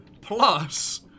Plus